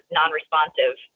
non-responsive